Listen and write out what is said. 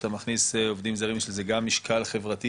כשאתה מכניס עובדים זרים יש לזה גם משקל חברתי,